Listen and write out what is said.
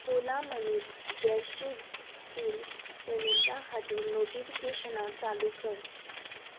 ओला मनींत गॅसची बील पेमेंटा खातीर नोटिफिकेशनां चालू कर